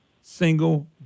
single